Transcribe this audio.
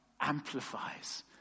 amplifies